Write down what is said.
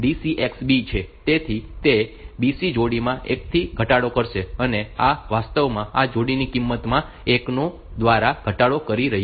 તેથી તે BC જોડીમાં 1 થી ઘટાડો કરશે અને આ વાસ્તવમાં આ જોડીની કિંમતમાં 1 દ્વારા ઘટાડો કરી રહ્યું છે